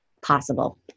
possible